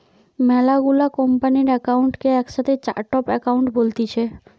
মেলা গুলা কোম্পানির একাউন্ট কে একসাথে চার্ট অফ একাউন্ট বলতিছে